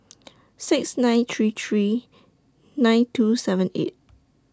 six nine three three nine two seven eight